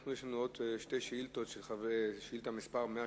יש לנו עוד שתי שאילתות, שאילתא 136,